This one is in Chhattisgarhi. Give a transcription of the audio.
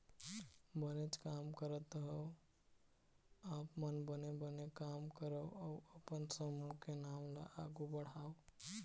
बनेच काम करत हँव आप मन बने बने काम करव अउ अपन समूह के नांव ल आघु बढ़ाव